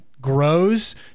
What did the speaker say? grows